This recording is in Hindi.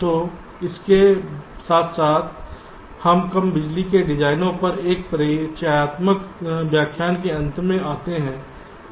तो इसके साथ हम कम बिजली के डिजाइन पर इस परिचयात्मक व्याख्यान के अंत में आते हैं